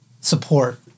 support